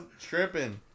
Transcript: tripping